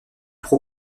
pro